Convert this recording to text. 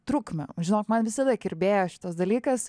trukmę žinok man visada kirbėjo šitas dalykas